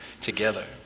together